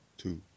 two